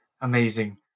Amazing